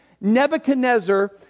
Nebuchadnezzar